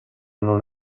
non